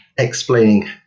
Explaining